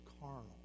carnal